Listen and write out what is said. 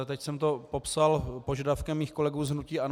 Teď jsem to popsal požadavkem svých kolegů z hnutí ANO.